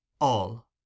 All